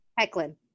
Hecklin